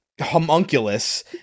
homunculus